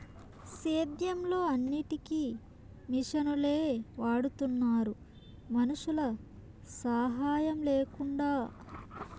సేద్యంలో అన్నిటికీ మిషనులే వాడుతున్నారు మనుషుల సాహాయం లేకుండా